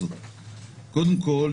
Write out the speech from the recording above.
קודם כול,